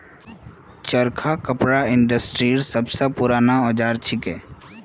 चरखा कपड़ा इंडस्ट्रीर सब स पूराना औजार छिके